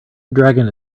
dragon